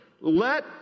Let